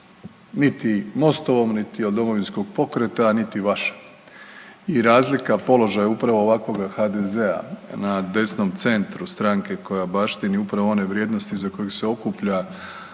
niti MOstovom, niti od Domovinskog pokreta, a niti vaše i razlika položaja upravo ovakvoga HDZ-a na desnom centru stranke koja baštini upravo one vrijednosti iza kojih se okuplja